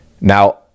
Now